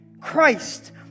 Christ